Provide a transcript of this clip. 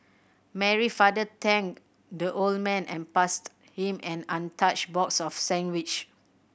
Mary father thanked the old man and passed him an untouched box of sandwich